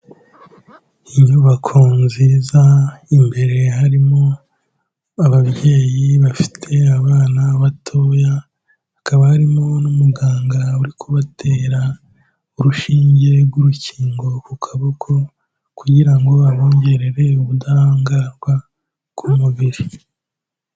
Inyubako nziza, imbere harimo ababyeyi bafite abana batoya, hakaba harimo n'umuganga uri kubatera urushinge rw'urukingo ku kaboko kugira ngo abongerere ubudahangarwa bw'umubiri.